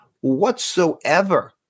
whatsoever